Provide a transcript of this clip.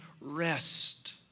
rest